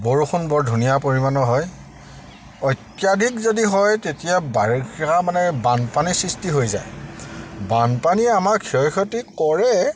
বৰষুণ বৰ ধুনীয়া পৰিমাণৰ হয় অত্যাধিক যদি হয় তেতিয়া বাৰিষা মানে বানপানীৰ সৃষ্টি হৈ যায় বানপানীয়ে আমাৰ ক্ষয় ক্ষতি কৰে